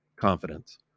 confidence